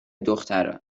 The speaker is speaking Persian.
دختران